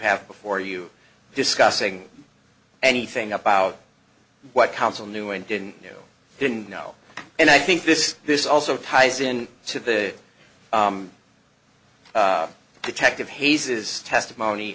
have before you discussing anything about what counsel knew and didn't know didn't know and i think this this also ties in to the detective hayes's testimony